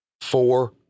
Four